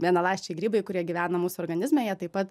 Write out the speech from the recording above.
vienaląsčiai grybai kurie gyvena mūsų organizme jie taip pat